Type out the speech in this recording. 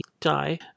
die